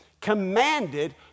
commanded